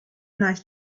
nice